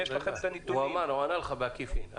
הוא ענה לך בעקיפין.